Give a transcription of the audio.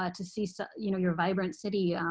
ah to see so you know your vibrant city